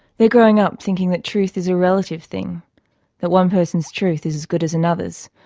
they're growing up thinking that truth is a relative thing that one person's truth is as good as another's.